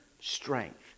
strength